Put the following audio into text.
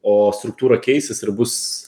o struktūra keisis ir bus